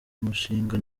mushinga